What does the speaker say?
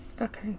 Okay